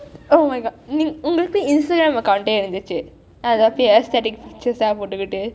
oh my god உங்களுக்கு:unkalukku instagram account இருந்தச்சு:irunthachu ~